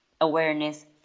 awareness